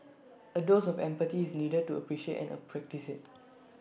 A dose of empathy is needed to appreciate and practice IT